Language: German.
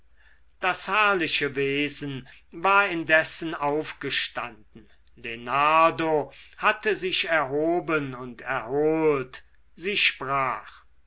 das herrliche wesen war indessen aufgestanden lenardo hatte sich erhoben und erholt sie sprach